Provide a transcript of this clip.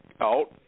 Out